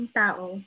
tao